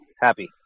Happy